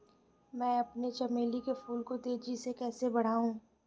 मैं अपने चमेली के फूल को तेजी से कैसे बढाऊं?